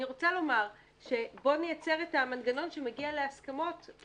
אני רוצה לומר שבוא נייצר את המנגנון שמגיע להסכמות.